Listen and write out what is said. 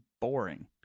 boring